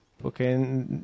Porque